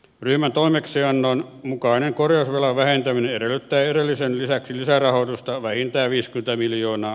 ryhmän toimeksiannon mukainen korjausvelan vähentäminen edellyttää edellisen lisäksi lisärahoitusta vähintään viiskunta miljoonaa